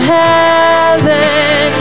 heaven